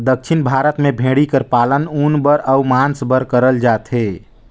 दक्खिन भारत में भेंड़ी कर पालन ऊन बर अउ मांस बर करल जाथे